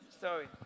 Sorry